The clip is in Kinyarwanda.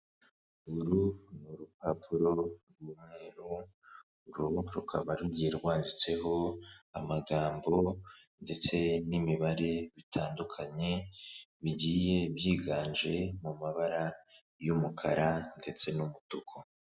Uru ni urupapuro rw'umweru, uru rukaba rugiye rwanditseho amagambo ndetse n'imibare bitandukanye, bigiye byiganje mu mabara y'umukara ndetse n'umutuku.